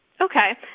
Okay